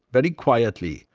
very quietly,